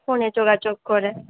ফোনে যোগাযোগ করে